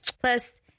Plus